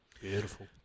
Beautiful